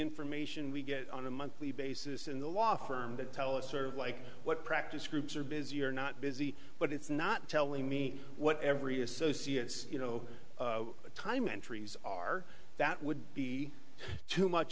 information we get on a monthly basis in the law firm that tell us sort of like what practice groups are busy or not busy but it's not telling me what every associates you know the time entries are that would be too much